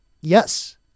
yes